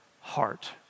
heart